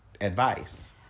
advice